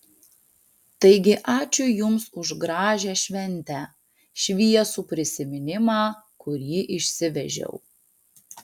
taigi ačiū jums už gražią šventę šviesų prisiminimą kurį išsivežiau